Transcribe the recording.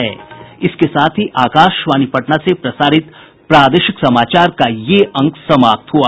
इसके साथ ही आकाशवाणी पटना से प्रसारित प्रादेशिक समाचार का ये अंक समाप्त हुआ